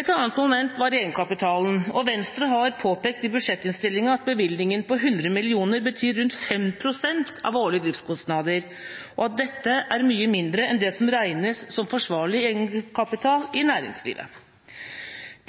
Et annet moment var egenkapitalen. Venstre har påpekt i budsjettinnstillinga at bevilgningen på 100 mill. kr betyr rundt 5 pst. av årlige driftskostnader, og at dette er mye mindre enn det som regnes som forsvarlig egenkapital i næringslivet.